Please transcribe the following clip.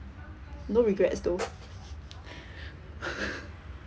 no regrets though